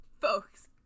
Folks